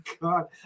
god